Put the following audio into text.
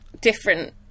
different